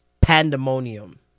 Pandemonium